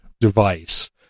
device